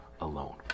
alone